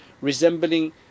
resembling